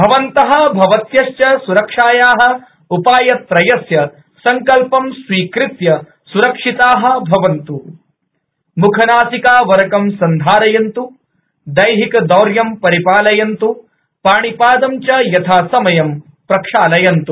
भवन्तः भवत्यश्च सुरक्षायाः उपायत्रयस्य सङ्कल्पं स्वीकृत्य सुरक्षिताः भवन्तु मुखनासिकावरकं सन्धारयन्तु दैहिकदौर्यं परिपालयन्तु पाणिपादं च यथासमयं प्रक्षालयन्तु